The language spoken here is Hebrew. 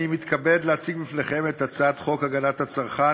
אני מתכבד להציג בפניכם את הצעת חוק הגנת הצרכן